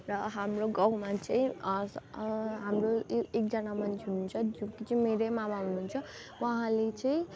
र हाम्रो गाउँमा चाहिँ हाम्रो त्यो एकजना मान्छे हुनुहुन्छ जो चाहिँ मेरै मामा हुनुहुन्छ उहाँले चाहिँ